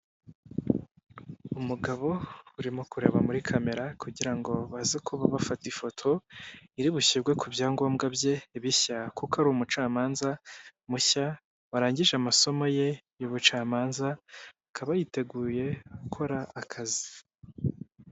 Umugabo urimo kureba muri kamera kugira ngo baze kuba bafata ifoto iri bushyirwe ku byangombwa bye bishya kuko ari umucamanza mushya warangije amasomo ye y'ubucamanza akaba yiteguye gukora akazi.